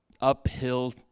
uphill